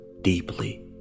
deeply